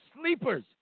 sleepers